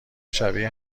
شبیه